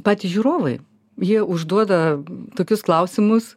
patys žiūrovai jie užduoda tokius klausimus